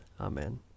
Amen